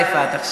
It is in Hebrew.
יפעת,